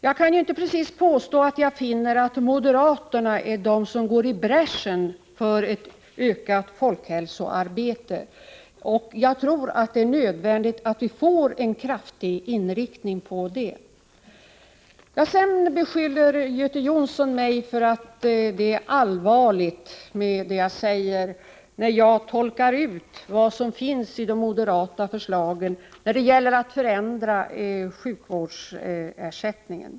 Jag vill inte precis påstå att moderaterna är de som går i bräschen för ett ökat folkhälsoarbete. Det är nödvändigt att vi har en stark inriktning på det arbetet. Göte Jonsson riktar beskyllningar mot mig när jag tolkar innehållet i de moderata förslagen i fråga om att ändra sjukvårdsersättningen.